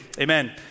amen